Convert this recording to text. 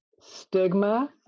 stigma